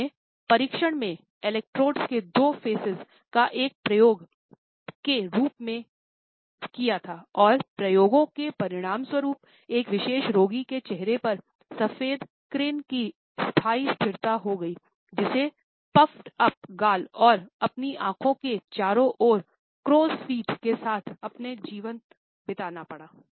उन्होंने परीक्षण में इलेक्ट्रोड्स के साथ अपना जीवन बिताना पड़ा